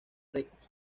records